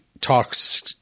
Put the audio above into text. talks